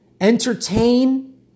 entertain